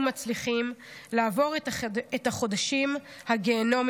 מצליחים לעבור את החודשים האלה מהגיהינום,